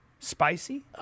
Spicy